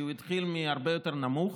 כי הוא התחיל מהרבה יותר נמוך.